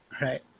right